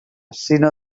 sinó